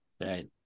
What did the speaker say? Right